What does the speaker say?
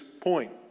point